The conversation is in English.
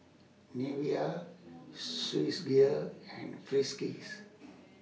Nivea Swissgear and Friskies